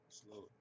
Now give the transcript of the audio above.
slow